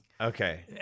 Okay